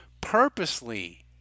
purposely